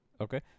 Okay